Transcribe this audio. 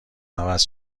عوض